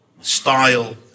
Style